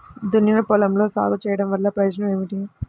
దున్నిన పొలంలో సాగు చేయడం వల్ల ప్రయోజనం ఏమిటి?